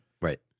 right